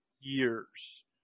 years